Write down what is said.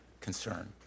concern